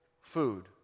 food